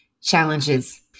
challenges